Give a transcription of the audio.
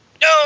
No